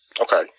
Okay